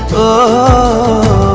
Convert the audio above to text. oh